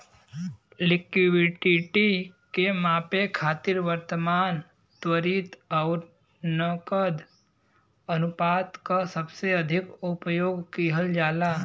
liquidity के मापे खातिर वर्तमान, त्वरित आउर नकद अनुपात क सबसे अधिक उपयोग किहल जाला